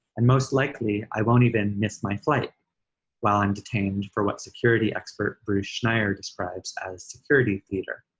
and most likely i won't even miss my flight while i'm detained for what security expert, bruce schneier, describes as security theater.